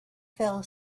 fell